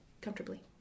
comfortably